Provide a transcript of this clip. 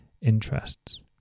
interests